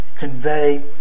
Convey